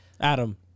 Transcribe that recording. Adam